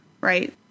right